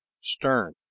stern